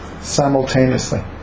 simultaneously